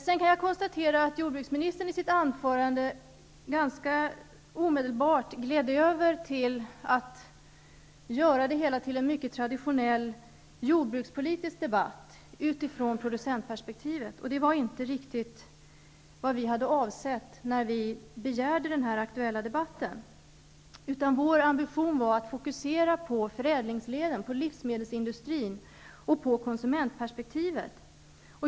Sedan kan jag konstatera att jordbruksministern i sitt anförande ganska omedelbart gled över till att göra det hela till en mycket traditionell jordbrukspolitisk debatt, utifrån producentperspektivet. Det var inte riktigt vad vi hade avsett när vi begärde den här aktuella debatten, utan vår ambition var att fokusera den på förädlingsleden, på livsmedelsindustrin och på konsumentperspektivet.